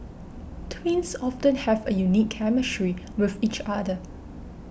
twins often have a unique chemistry with each other